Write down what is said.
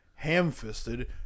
Ham-fisted